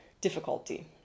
difficulty